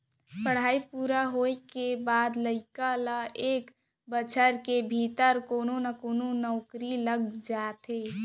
पड़हई पूरा होए के बाद लइका ल एक बछर के भीतरी कोनो कोनो नउकरी लग जाथे